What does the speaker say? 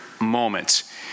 moments